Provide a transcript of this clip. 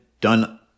done